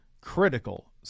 critical